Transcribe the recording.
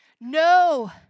No